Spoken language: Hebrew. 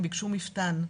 הם ביקשו מפתן.